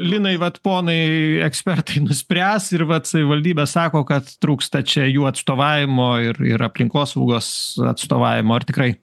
linai vat ponai ekspertai nuspręs ir vat savivaldybė sako kad trūksta čia jų atstovavimo ir ir aplinkosaugos atstovavimo ar tikrai